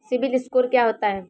CIBIL score क्या होता है?